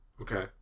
Okay